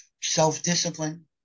self-discipline